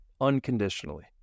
unconditionally